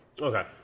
Okay